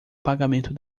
pagamento